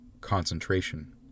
concentration